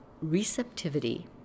receptivity